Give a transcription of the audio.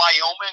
Wyoming –